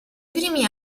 primi